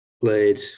played